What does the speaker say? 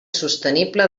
sostenible